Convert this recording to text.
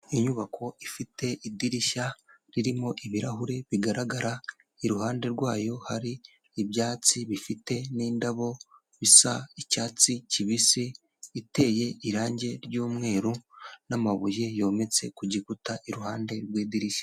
Inyubako ifite idirishya ririmo ibirahuri bigaragara, i ruhande rwayo hari ibyatsi bifite n'indabo bisa icyatsi kibisi, iteye irangi ry'umweru n'amabuye yometse ku gikuta i ruhande rw'idirishya.